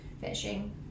fishing